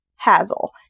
Hazel